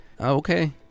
Okay